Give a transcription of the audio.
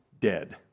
dead